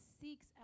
seeks